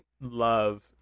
love